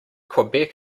quebec